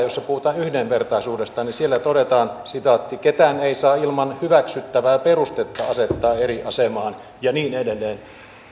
jossa puhutaan yhdenvertaisuudesta niin siellä todetaan ketään ei saa ilman hyväksyttävää perustetta asettaa eri asemaan ja niin edelleen